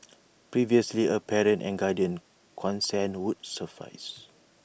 previously A parent and guardian's consent would suffice